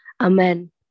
Amen